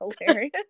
hilarious